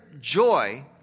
joy